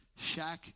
Shaq